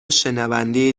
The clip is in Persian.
شنونده